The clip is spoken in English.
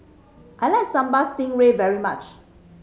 I like Sambal Stingray very much